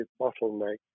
bottleneck